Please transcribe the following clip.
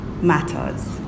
Matters